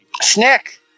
Snick